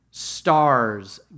Stars